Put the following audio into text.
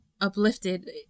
uplifted